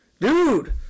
dude